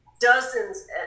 dozens